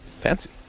fancy